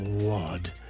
wad